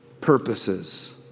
purposes